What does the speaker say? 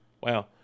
Wow